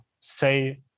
say